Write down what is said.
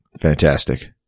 Fantastic